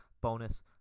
bonus